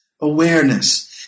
awareness